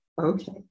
Okay